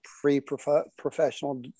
pre-professional